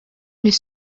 mis